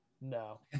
No